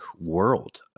world